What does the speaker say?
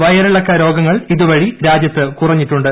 വയറിളക്കരോഗങ്ങൾ ഇതുവഴി രാജ്യത്ത് കുറഞ്ഞിട്ടുണ്ട്